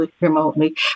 remotely